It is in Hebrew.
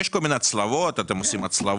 יש כל מיני הצלבות, אתם עושים הצלבות.